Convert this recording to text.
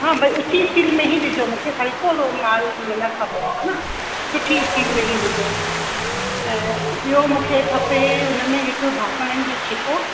हा बसि उची स्टील में ई ॾिजो मूंखे हलको माल मूंखे न खपे हा न सुठी स्टील में ई ॾिजो ऐं ॿियो मूंखे खपे हुनमें हिकु बासणनि जो छिको